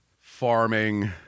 farming